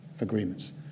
agreements